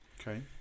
Okay